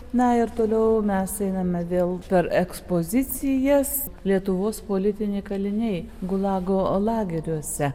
na ir toliau mes einame vėl per ekspozicijas lietuvos politiniai kaliniai gulago lageriuose